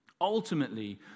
Ultimately